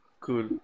cool